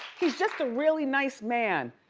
he's just a really nice man,